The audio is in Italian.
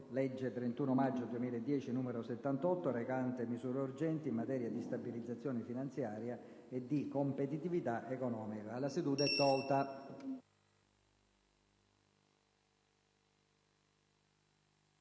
31 maggio 2010, n. 78, recante misure urgenti in materia di stabilizzazione finanziaria e di competitività economica, in corso